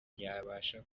ntiyabasha